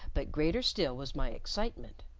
but greater still was my excitement.